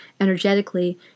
energetically